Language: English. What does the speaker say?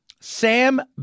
Sam